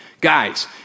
Guys